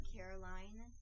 Caroline